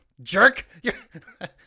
Jerk